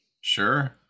Sure